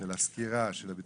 כל מי שכאן הם אנשים שלו ושאתו,